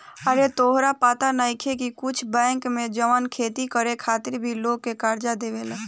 आरे तोहरा पाता नइखे का की कुछ बैंक बा जवन खेती करे खातिर भी लोग के कर्जा देवेला